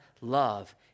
love